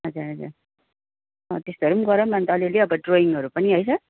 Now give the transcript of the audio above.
हजुर हजुर हो त्यसरी नै गरौँ न त अलिअलि अब ड्रविङहरू पनि है सर